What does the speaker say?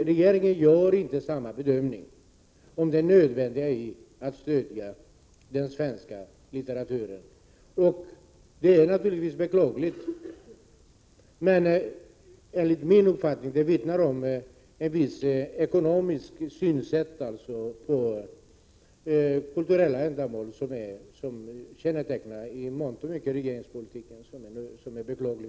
Regeringen gör inte samma bedömning, regeringen delar inte uppfattningen att det är nödvändigt att stödja den svenska litteraturen. Det är naturligtvis beklagligt. Enligt min uppfattning vittnar det om en ekonomisk syn på kulturella ändamål som i mångt och mycket kännetecknar regeringens politik, och den är också beklaglig.